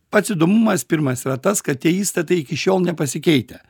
pats įdomumas pirmas yra tas kad tie įstatai iki šiol nepasikeitę